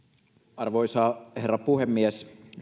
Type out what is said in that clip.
arvoisa herra puhemies